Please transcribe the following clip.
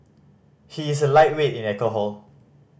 he is a lightweight in alcohol